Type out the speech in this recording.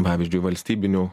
pavyzdžiui valstybinių